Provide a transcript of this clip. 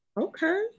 okay